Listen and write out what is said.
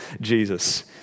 Jesus